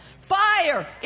Fire